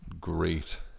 great